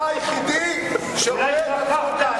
אתה היחידי שרואה את עצמו ככה.